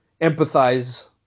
empathize